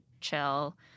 chill